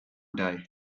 day